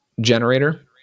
generator